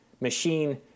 machine